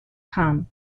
hun